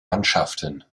mannschaften